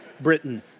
Britain